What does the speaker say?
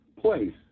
Place